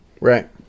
Right